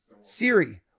Siri